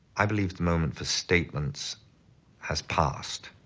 i believe the moment for statements has passed.